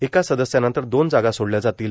एका सदस्यानंतर दोन जागा सोडल्या जातील